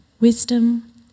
wisdom